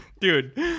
Dude